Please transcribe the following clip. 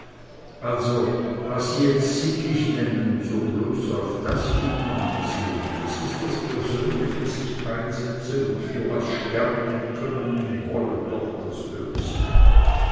also was sie jetzt sittlich nennen so bloß auf das hin angesehn da is das persönliche sicheinsetzen und für was sterben können und wollen doch das höchste